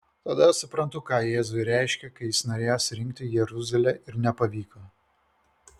tada suprantu ką jėzui reiškė kai jis norėjo surinkti jeruzalę ir nepavyko